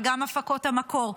וגם הפקות המקור,